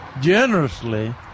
generously